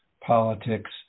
politics